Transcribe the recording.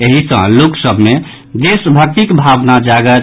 एहि सँ लोक सभ मे देश भक्तिक भावना जागत